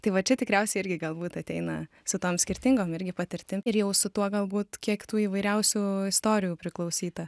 tai va čia tikriausiai irgi galbūt ateina su tom skirtingom irgi patirtim ir jau su tuo galbūt kiek tų įvairiausių istorijų priklausyta